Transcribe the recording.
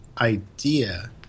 idea